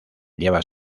lleva